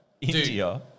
India